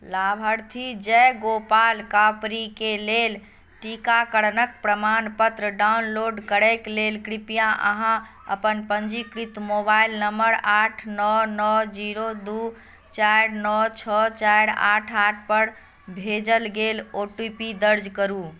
लाभार्थी जयगोपाल कापड़िके लेल टीकाकरणक प्रमाणपत्र डाउनलोड करैक लेल कृपया अहाँ अपन पञ्जीकृत मोबाइल नम्बर आठ नओ नओ जीरो दू चारि नओ छओ चारि आठ आठपर भेजल गेल ओ टी पी दर्ज करू